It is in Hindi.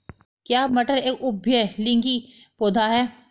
क्या मटर एक उभयलिंगी पौधा है?